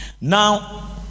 Now